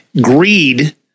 greed